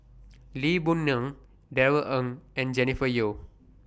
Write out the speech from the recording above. Lee Boon Ngan Darrell Ang and Jennifer Yeo